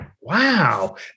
Wow